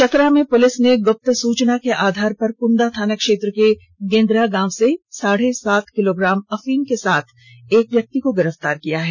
चतरा में पुलिस ने गुप्त सूचना के आधार पर कुंदा थाना क्षेत्र के गेंदरा गांव से साढ़े सात किलोग्राम अफीम के साथ एक व्यक्ति को गिरफ्तार किया है